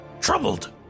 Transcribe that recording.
troubled